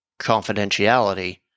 confidentiality